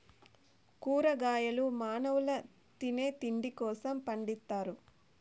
కూరగాయలు మానవుల తినే తిండి కోసం పండిత్తారు